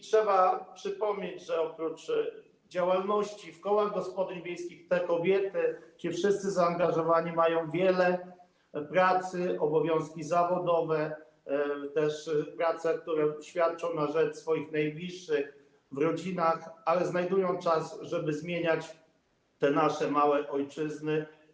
Trzeba przypomnieć, że oprócz działalności w kołach gospodyń wiejskich te kobiety, ci wszyscy zaangażowani mają wiele pracy, obowiązki zawodowe, też pracę, którą świadczą na rzecz swoich najbliższych w rodzinach, ale znajdują czas, żeby zmieniać nasze małe ojczyzny.